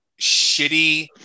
shitty